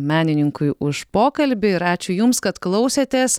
menininkui už pokalbį ir ačiū jums kad klausėtės